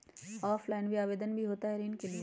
Offline भी आवेदन भी होता है ऋण के लिए?